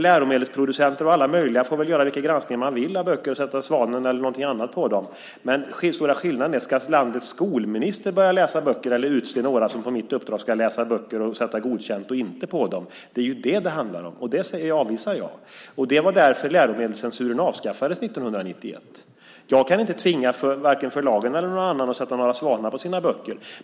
Läromedelsproducenter och andra får väl göra vilken granskning som de vill av böcker och svanmärka eller göra något annat med dem. Men den stora skillnaden gäller: Ska landets skolminister börja läsa böcker eller utse några som på mitt uppdrag ska läsa böcker och sätta godkänt eller inte på dem? Det är detta som det handlar om, och det avvisar jag. Det var därför som läromedelscensuren avskaffades 1991. Jag kan inte tvinga vare sig förlagen eller någon annan att sätta några svanar på sina böcker.